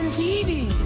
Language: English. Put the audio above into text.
tv?